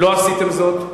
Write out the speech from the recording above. לא עשיתם זאת,